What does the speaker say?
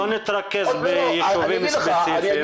לא להתרכז ביישובים ספציפיים.